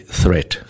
threat